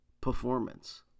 performance